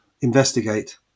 investigate